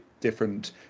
different